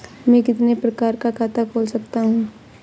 मैं कितने प्रकार का खाता खोल सकता हूँ?